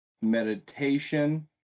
meditation